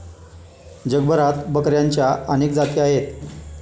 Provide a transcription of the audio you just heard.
जगभरात बकऱ्यांच्या अनेक जाती आहेत